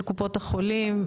של קופות החולים,